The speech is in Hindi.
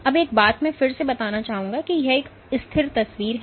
अब एक बात मैं फिर से बताना चाहूंगा कि यह एक स्थिर तस्वीर है